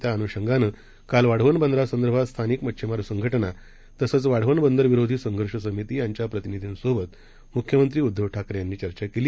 त्याअनुषंगानंकालवाढवणबंदरासंदर्भातस्थानिकमचिछमारसंघटनातसचंवाढवणबंदरविरोधीसंघर्षसमितीयांच्याप्रतिनिधींसोबतमुख्यमंत्रीउ द्धवठाकरेयांनीचर्चाकेली